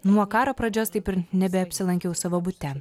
nuo karo pradžios taip ir nebeapsilankiau savo bute